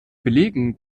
belegen